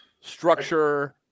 structure